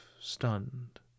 stunned